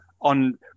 on